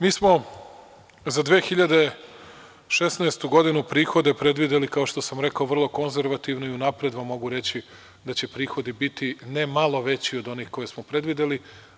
Mi smo za 2016. godinu prihode predvideli, kao što sam rekao, vrlo konzervativno i unapred vam mogu reći da će prihodi biti ne malo veći od onih koje smo predvideli.